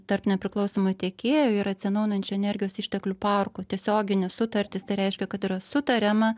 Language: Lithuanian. tarp nepriklausomų tiekėjų ir atsinaujinančių energijos išteklių parkų tiesioginės sutartys tai reiškia kad yra sutariama